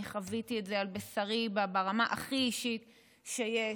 אני חוויתי את זה על בשרי ברמה הכי אישית שיש,